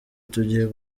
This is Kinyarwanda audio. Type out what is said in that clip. tugiye